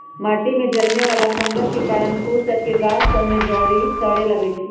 माटि में जलमे वला फंगस के कारन फूल सभ के गाछ सभ में जरी सरे लगइ छै